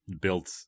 built